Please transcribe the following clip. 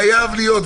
זה חייב להיות.